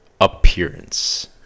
appearance